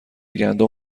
گندم